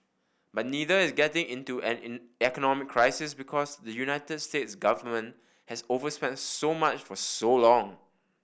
but neither is getting into an economic crisis because the United States government has overspent so much for so long